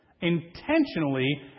intentionally